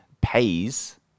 pays